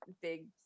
big